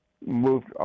moved